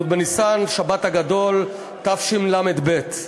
י' בניסן, שבת הגדול, תשל"ב.